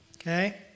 okay